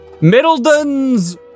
Middleton's